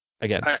Again